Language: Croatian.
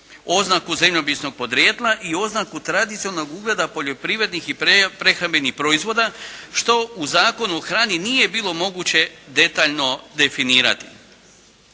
oznaku zemljopisnog podrijetla i oznaku tradicionalnog ugleda poljoprivrednih i prehrambenih proizvoda, što u Zakonu o hrani nije bilo moguće detaljno definirati.